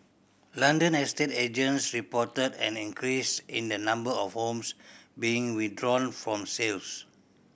London estate agents reported an increase in the number of homes being withdrawn from sales